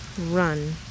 run